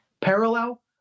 parallel